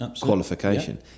qualification